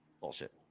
Bullshit